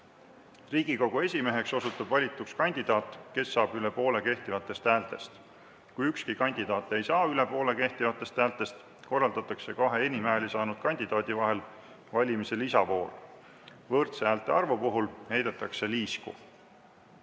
Riigikogu esimeheks osutub valituks kandidaat, kes saab üle poole kehtivatest häältest. Kui ükski kandidaat ei saa üle poole kehtivatest häältest, korraldatakse kahe enim hääli saanud kandidaadi vahel valimise lisavoor. Võrdse häälte arvu puhul heidetakse liisku.